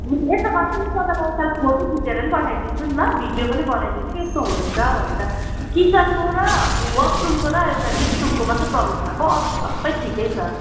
हुन्छ यसो गर्छु नि त तपाईँलाई एकताल फोटो खिचेर नि पठाइदिन्छु नि ल भिडियो पनि बनाइदिन्छु यस्तो हुँदैछ भनेर किचनको र वसरुमको र एउटा गेस्ट रुमको मात्रै प्रब्लम भएको अरू त सबै ठिकै छ